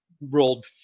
rolled